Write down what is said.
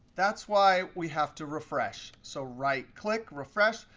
that's why we have to refresh. so right click, refresh.